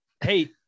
Hey